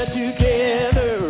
together